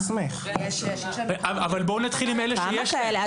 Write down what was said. אבל בואו נתחיל עם אלה שיש להן.